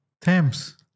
Thames